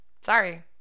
Sorry